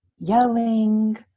yelling